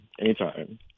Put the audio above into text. Anytime